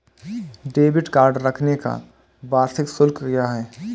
Debit card रखने का वार्षिक शुल्क क्या है?